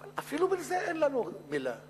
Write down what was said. אפילו בזה אין לנו מלה.